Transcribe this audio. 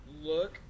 look